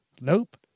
Nope